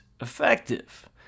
effective